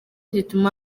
gituma